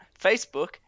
Facebook